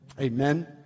Amen